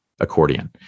accordion